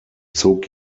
zog